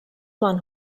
man